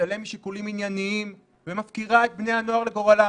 להתעלם משיקולים ענייניים ומפקירה את בני הנוער לגורלם,